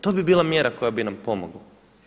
To bi bila mjera koja bi nam pomogla.